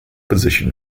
position